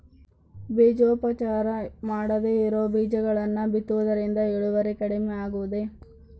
ಬೇಜೋಪಚಾರ ಮಾಡದೇ ಇರೋ ಬೇಜಗಳನ್ನು ಬಿತ್ತುವುದರಿಂದ ಇಳುವರಿ ಕಡಿಮೆ ಆಗುವುದೇ?